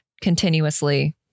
continuously